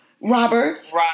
Roberts